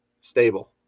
stable